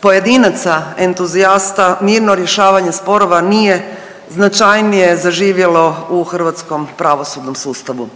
pojedinaca entuzijasta mirno rješavanje sporova nije značajnije zaživjelo u hrvatskom pravosudnom sustavu.